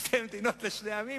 שתי מדינות לשני עמים?